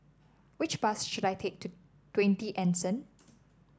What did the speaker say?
which bus should I take to Twenty Anson